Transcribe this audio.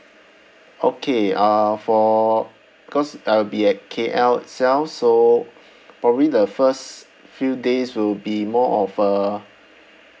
okay uh for because I'll be at K_L itself so probably the first few days will be more of a